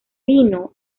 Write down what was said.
vino